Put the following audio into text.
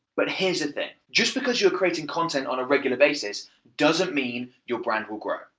but here's the thing. just because you're creating content on a regular basis doesn't mean your brand will grow.